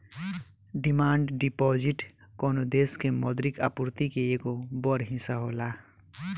demand deposit कवनो देश के मौद्रिक आपूर्ति के एगो बड़ हिस्सा होला